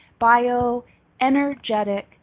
bioenergetic